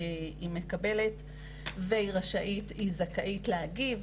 היא מקבלת והיא רשאית והיא זכאית להגיב,